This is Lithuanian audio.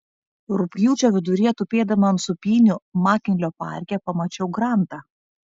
rugpjūčio viduryje tupėdama ant sūpynių makinlio parke pamačiau grantą